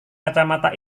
kacamata